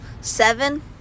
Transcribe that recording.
seven